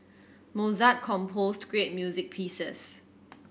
Mozart composed great music pieces